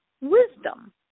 wisdom